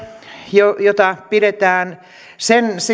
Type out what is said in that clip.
pidetään